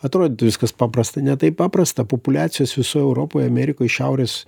atrodytų viskas paprasta ne taip paprasta populiacijos visoj europoj amerikoj šiaurės